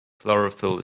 chlorophyll